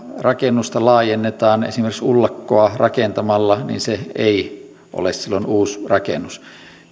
rakennusta laajennetaan esimerkiksi ullakkoa rakentamalla niin se ei ole silloin uusi rakennus